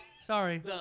sorry